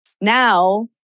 Now